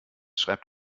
schreibt